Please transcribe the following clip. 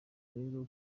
rero